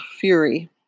fury